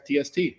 TST